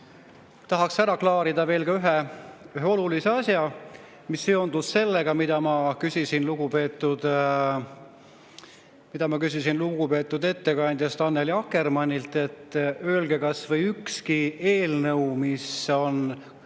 tahaks ära klaarida veel ühe olulise asja, mis seondub sellega, mida ma küsisin lugupeetud ettekandjalt Annely Akkermannilt. [Ma küsisin,] et öelge kas või ükski eelnõu, mis on